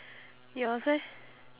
yours eh